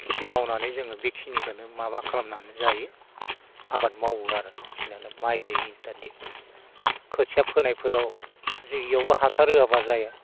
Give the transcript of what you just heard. खेथि मावनानै जोङो बेखिनिखौनो माबा खालामनानै लायो आबाद मावो आरो बेखिनियानो माइ दै इत्यादि खोथिया फोनायफोराव बेयावबो हासार होआबा जाया